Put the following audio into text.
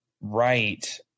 right